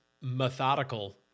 methodical